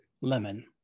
Lemon